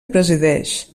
presideix